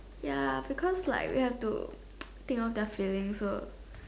ya because like we have to think so